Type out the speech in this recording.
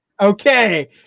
Okay